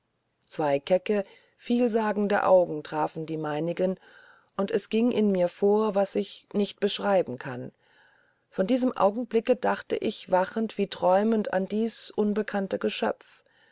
zwei kecke vielsagende augen trafen die meinigen und es ging in mir vor was ich nicht beschreiben kann von diesem augenblicke dachte ich wachend wie träumend an dieß unbekannte geschöpf